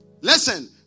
listen